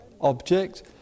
object